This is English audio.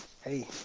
Hey